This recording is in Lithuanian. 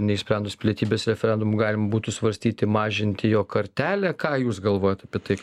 neišsprendus pilietybės referendumu galima būtų svarstyti mažinti jo kartelę ką jūs galvojat apie tai